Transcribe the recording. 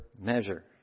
measure